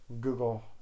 Google